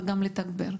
וגם לתגבר.